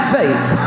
faith